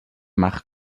mach